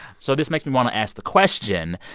so this makes me want to ask the question,